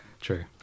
True